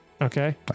okay